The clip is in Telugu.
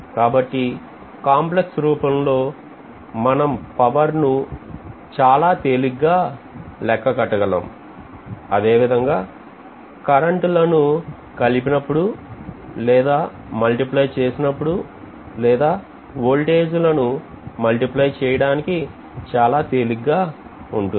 కాబట్టి కాంప్లెక్స్ రూపంలో మనం పవర్ ను చాలా తేలిగ్గా లెక్క కట్టగలం అదేవిధంగా కరెంట్ లను కలిగినప్పుడు లేదా multiply చేసినప్పుడు లేదా వోల్టేజ్ లను multiply చేయడానికి చాలా తేలిగ్గా ఉంటుంది